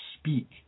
speak